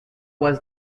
was